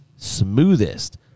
smoothest